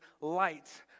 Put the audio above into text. light